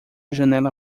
janela